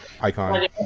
icon